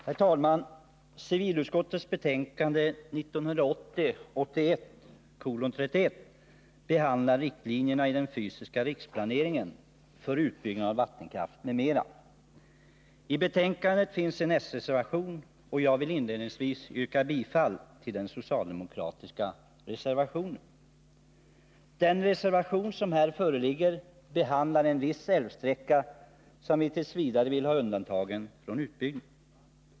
Herr talman! Civilutskottets betänkande 1980/81:31 behandlar riktlinjerna i den fysiska riksplaneringen för utbyggnad av vattenkraft, m.m. Till betänkandet har fogats en socialdemokratisk reservation, och jag vill inledningsvis yrka bifall till denna. Reservationen behandlar en viss älvsträcka, som vit. v. vill ha undantagen från utbyggnad.